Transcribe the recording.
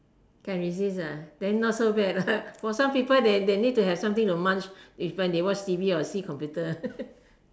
can resist ah then not so bad lah for some people they need to have something to munch when they watch T_V or see computer